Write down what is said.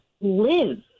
live